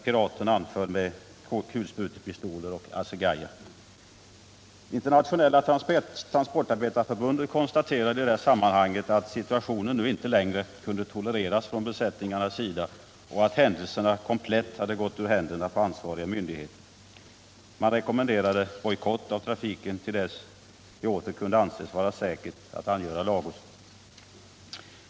Piraterna anföll med kulsprutepistol och assegajer. Internationella transportarbetarförbundet konstaterade i sammanhanget att situationen inte nu längre kunde tolereras från besättningarnas sida och att händelserna platt gått ur händerna på ansvariga myndigheter. Man rekommenderade bojkott av trafiken till dess det åter kunde anses säkert att angöra Lagos.